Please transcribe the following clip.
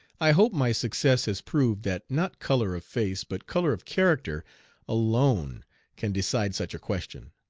i hope my success has proved that not color of face, but color of character alone can decide such a question.